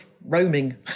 roaming